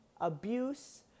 abuse